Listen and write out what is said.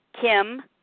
Kim